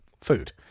food